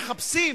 הכול,